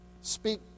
Speak